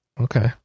Okay